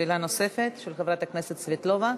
שאלה נוספת של חברת הכנסת סבטלובה